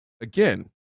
again